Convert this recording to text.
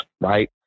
right